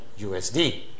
USD